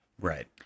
Right